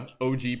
og